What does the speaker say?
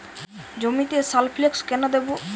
জমিতে সালফেক্স কেন দেবো?